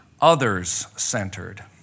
others-centered